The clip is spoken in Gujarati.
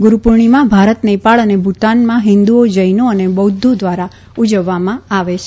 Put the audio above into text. ગુરૂપૂર્ણિમા ભારત નેપાળ અને ભૂટાનમાં હિંદુઓ જૈનો અને બૌધ્ધો દ્વારા ઉજવામાં આવે છે